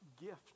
gift